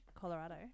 Colorado